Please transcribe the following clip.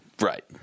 Right